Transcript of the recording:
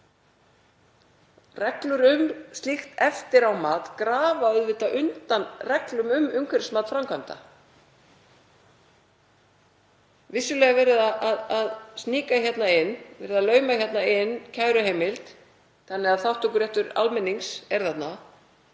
Reglur um slíkt eftirámat grafa auðvitað undan reglum um umhverfismat framkvæmda. Vissulega er verið að stíga hérna inn, verið að lauma inn kæruheimild þannig að þátttökuréttur almennings er þarna.